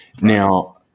now